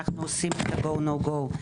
הם עושים את ה-GO NO GO,